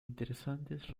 interesantes